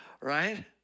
Right